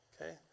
Okay